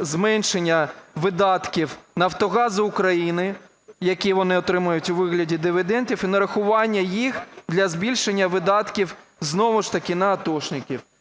зменшення видатків "Нафтогазу України", які вони отримують у вигляді дивідендів, і нарахування їх для збільшення видатків знову ж таки на атошників,